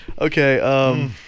Okay